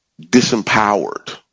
disempowered